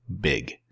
big